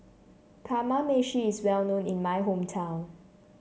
Kamameshi is well known in my hometown